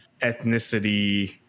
ethnicity